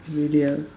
really ah